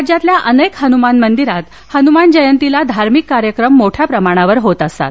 राज्यातील अनेक हनुमान मंदिरात हनुमान जयंतीला धार्मीक कार्यक्रम मोठ्या प्रमाणात होत असतात